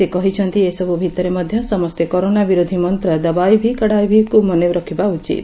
ସେ କହିଛନ୍ତି ଏସବୁ ଭିତରେ ମଧ୍ଧ ସମସେ କରୋନା ବିରୋଧୀ ମନ୍ତ 'ଦବାଇ ଭି କଡ଼ାଇ ଭି'କୁ ମନେ ରଖିବା ଉଚିତ